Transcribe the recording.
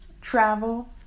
travel